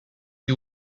you